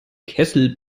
kessel